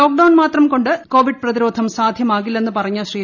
lockdown മാത്രം കൊണ്ട് COVID പ്രതിരോധ്ം സാധ്യമാകില്ലെന്ന് പറഞ്ഞ ശ്രീ